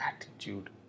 attitude